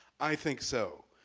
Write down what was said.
i think so.